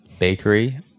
bakery